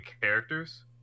characters